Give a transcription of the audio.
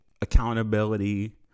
accountability